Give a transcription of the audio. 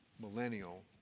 millennial